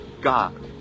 God